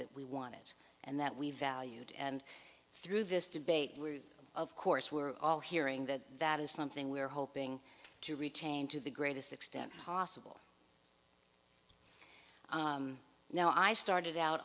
that we won it and that we valued and through this debate we're of course we're all hearing that that is something we are hoping to retain to the greatest extent possible now i started out